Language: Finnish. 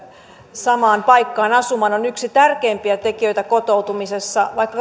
samaan paikkaan asumaan on yksi tärkeimpiä tekijöitä kotoutumisessa vaikka